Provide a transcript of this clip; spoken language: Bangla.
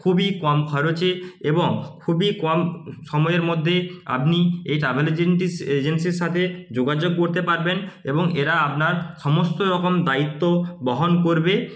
খুবই কম খরচে এবং খুবই কম সময়ের মধ্যে আপনি এই ট্রাভেল এজেন্টি এজেন্সির সাথে যোগাযোগ করতে পারবেন এবং এরা আপনার সমস্ত রকম দায়িত্ব বহন করবে